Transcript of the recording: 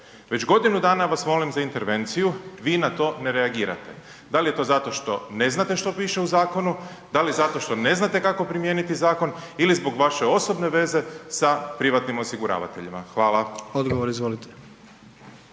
već godinu dana vas molim za intervenciju, vi na to ne reagirate. Dal je to zato što ne znate što piše u zakonu, da li zato što ne znate kako primijeniti zakon ili zbog vaše osobne veze sa privatnim osiguravateljima. Hvala. **Jandroković,